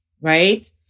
Right